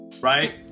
right